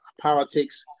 politics